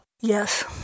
Yes